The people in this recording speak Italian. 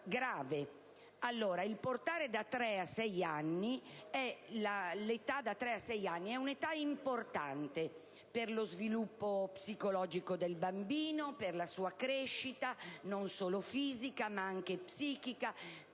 anni è giusto, perché si tratta di un'età importante per lo sviluppo psicologico del bambino, per la sua crescita, non solo fisica ma anche psichica,